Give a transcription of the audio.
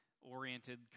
oriented